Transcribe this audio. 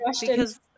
because-